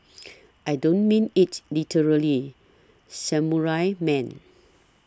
I don't mean it literally Samurai man